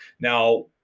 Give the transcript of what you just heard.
Now